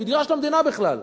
היא דירה של המדינה בכלל,